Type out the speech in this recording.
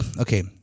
okay